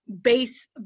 base